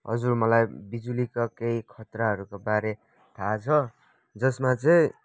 हजुर मलाई बिजुलीका केही खतराहरूको बारे थाहा छ जसमा चाहिँ